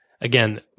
Again